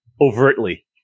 overtly